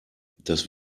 dass